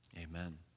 Amen